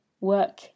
work